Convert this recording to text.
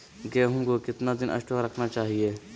गेंहू को कितना दिन स्टोक रखना चाइए?